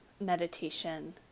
meditation